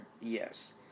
Yes